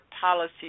policies